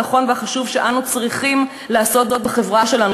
הנכון והחשוב שאנו צריכים לעשות בחברה שלנו.